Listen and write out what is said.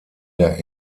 der